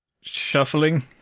shuffling